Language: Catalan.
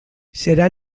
serà